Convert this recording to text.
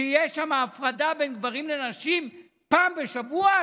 שתהיה שם הפרדה בין גברים לנשים פעם בשבוע?